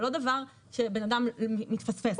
זה לא דבר שמתפספס לבן אדם.